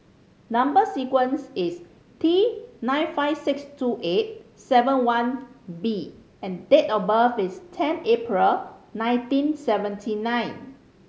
number sequence is T nine five six two eight seven one B and date of birth is ten April nineteen seventy nine